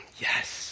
yes